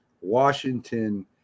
Washington